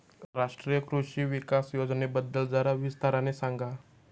राष्ट्रीय कृषि विकास योजनेबद्दल जरा विस्ताराने सांगा